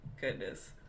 goodness